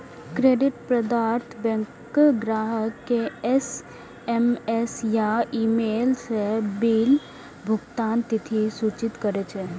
credit प्रदाता bank ग्राहक कें एस.एम.एस या ईमेल सं बिल भुगतानक तिथि सूचित करै छै